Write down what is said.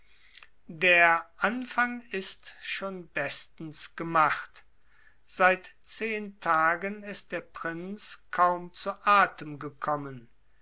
der anfang ist schon bestens gemacht seit zehen tagen ist der prinz kaum zu atem gekommen